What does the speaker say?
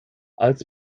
als